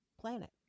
planet